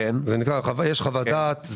זה נקרא, יש חוות דעת.